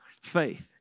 faith